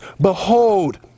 behold